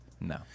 No